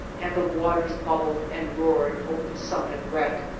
and the waters bubbled and roared over the sunken wreck.